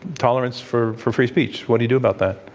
tolerance for for free speech. what do you do about that?